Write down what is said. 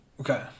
Okay